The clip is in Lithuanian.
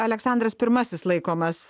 aleksandras pirmasis laikomas